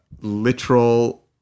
literal